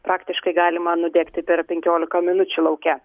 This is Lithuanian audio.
praktiškai galima nudegti per penkiolika minučių lauke